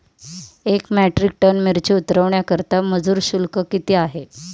एक metric ton मिरची उतरवण्याकरता मजूर शुल्क किती आहे?